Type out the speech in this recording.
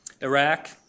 Iraq